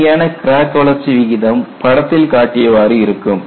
உண்மையான கிராக் வளர்ச்சி விகிதம் படத்தில் காட்டியவாறு இருக்கும்